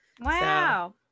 wow